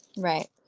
right